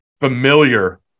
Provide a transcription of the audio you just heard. familiar